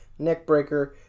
neckbreaker